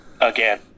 again